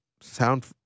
sound